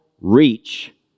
reach